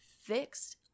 fixed